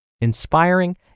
inspiring